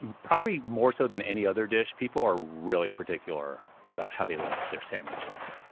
um probably more so than any other dish people are really particular about how they like their sandwiches.